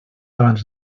abans